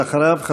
ואחריו,